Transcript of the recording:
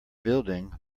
building